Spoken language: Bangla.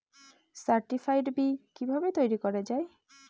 সার্টিফাইড বি কিভাবে তৈরি করা যায়?